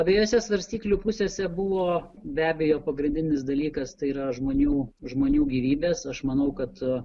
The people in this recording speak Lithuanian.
abejose svarstyklių pusėse buvo be abejo pagrindinis dalykas tai yra žmonių žmonių gyvybės aš manau kad